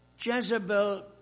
Jezebel